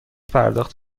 پرداخت